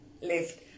left